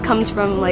comes from like